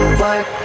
work